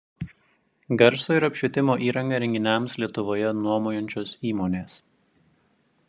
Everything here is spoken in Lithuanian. garso ir apšvietimo įrangą renginiams lietuvoje nuomojančios įmonės